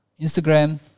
Instagram